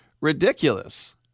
ridiculous